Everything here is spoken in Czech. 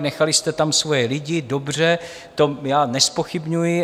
Nechali jste tam svoje lidi, dobře, to já nezpochybňuji.